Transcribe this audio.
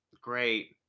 great